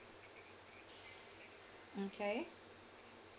okay